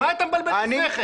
מה אתה מבלבל את השכל?